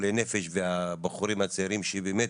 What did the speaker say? חולי נפש והבחורים הצעירים שבאמת,